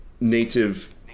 native